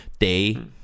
day